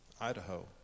Idaho